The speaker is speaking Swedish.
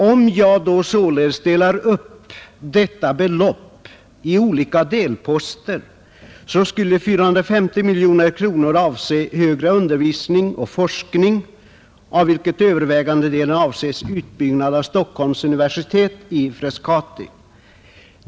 Om jag då delar upp detta belopp i olika delposter, så skulle 450 miljoner avse högre undervisning och forskning, varav övervägande delen gäller utbyggnad av Stockholms universitet i Frescati.